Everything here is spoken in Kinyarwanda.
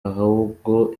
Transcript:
ahubwo